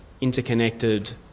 interconnected